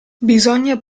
bisogna